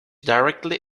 directly